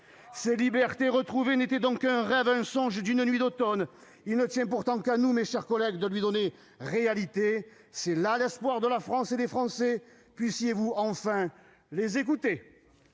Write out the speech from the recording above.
Ces libertés retrouvées n'étaient donc qu'un rêve, le songe d'une nuit d'automne. Il ne tient pourtant qu'à nous, mes chers collègues, d'en faire une réalité. Tel est l'espoir de la France et des Français ! Puissiez-vous enfin les écouter